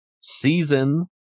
season